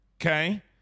Okay